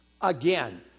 again